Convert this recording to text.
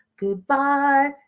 Goodbye